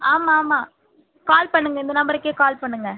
ஆமாம்மா கால் பண்ணுங்கள் இந்த நம்பருக்கே கால் பண்ணுங்கள்